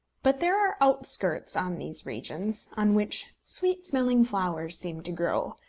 but there are outskirts on these regions, on which sweet-smelling flowers seem to grow,